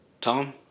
Tom